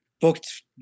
booked